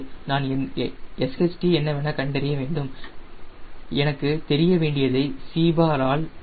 நான் SHT என்னவென கண்டறிய வேண்டும் எனக்கு தெரிய வேண்டியதை C பார் ஆல் வகுக்கிறேன்